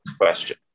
question